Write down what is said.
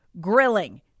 grilling